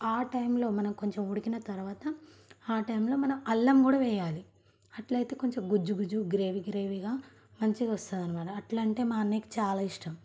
ఆ టైంలో మనకు కొంచెం ఉడికిన తరువాత ఆ టైంలో మనం అల్లం కూడా వేయాలి అలా అయితే కొంచెం గుజ్జు గుజ్జు గ్రేవీ గ్రేవీగా మంచిగా వస్తుందన్నమాట అలా ఉంటే మా అన్నయ్యకి చాలా ఇష్టం